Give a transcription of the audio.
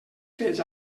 fets